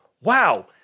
wow